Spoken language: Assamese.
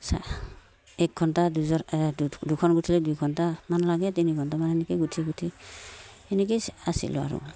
এক ঘণ্টাত দুযোৰ দুখন গোঁঠিলে দুই ঘণ্টামান লাগে তিনি ঘণ্টামান সেনেকৈ গোঁঠি গোঁঠি সেনেকৈয়ে আছিলোঁ আৰু